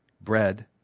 bread